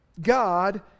God